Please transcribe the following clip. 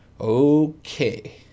Okay